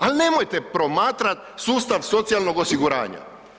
Ali nemojte promatrati sustav socijalnog osiguranja.